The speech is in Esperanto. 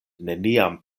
neniam